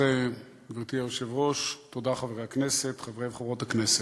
גברתי היושבת-ראש, חברי וחברות הכנסת,